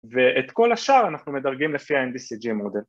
‫ואת כל השאר אנחנו מדרגים ‫לפי ה-MDCG מודל.